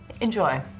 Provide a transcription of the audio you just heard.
Enjoy